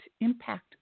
impact